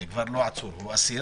הוא כבר לא עצור, הוא אסיר.